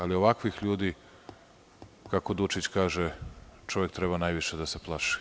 Ali, ovakvih ljudi, kako Dučić kaže, čovek treba najviše da se plaši.